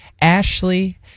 Ashley